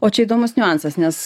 o čia įdomus niuansas nes